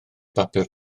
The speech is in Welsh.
bapur